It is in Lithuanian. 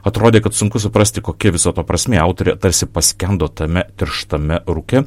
atrodė kad sunku suprasti kokia viso to prasmė autorė tarsi paskendo tame tirštame rūke